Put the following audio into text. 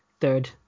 third